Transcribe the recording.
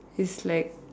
is like